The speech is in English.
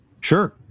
Sure